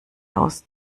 aus